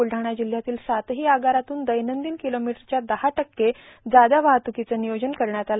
बुलडाणा जिल्ह्यातील सातही आगारातून दैनंदिन किलोमीटरच्या दहा टक्के जादा वाहतुकीचे नियोजन करण्यात आले